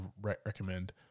recommend